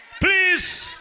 Please